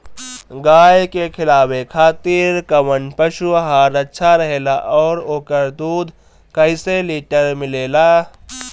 गाय के खिलावे खातिर काउन पशु आहार अच्छा रहेला और ओकर दुध कइसे लीटर मिलेला?